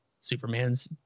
Superman's